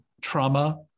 trauma